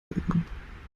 bilden